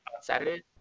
Saturday